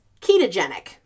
ketogenic